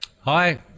Hi